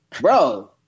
bro